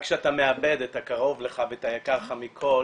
רק כשאתה מאבד את הקרוב לך ואת היקר לך מכל